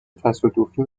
تصادفی